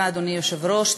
אדוני היושב-ראש,